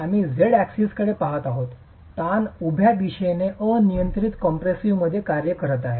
आम्ही झेड अक्सिसकडे पहात आहोत ताण उभ्या दिशेने अनियंत्रित कॉम्प्रेसिव्हमध्ये कार्य करत आहे